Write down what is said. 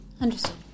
Understood